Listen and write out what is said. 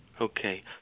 Okay